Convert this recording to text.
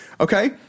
Okay